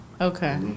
Okay